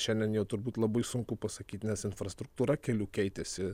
šiandien jau turbūt labai sunku pasakyt nes infrastruktūra kelių keitėsi